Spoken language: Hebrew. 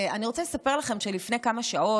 אני רוצה לספר לכם שלפני כמה שעות